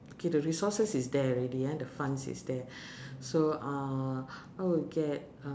K the resources is there already ah the funds is there so uh I would get uh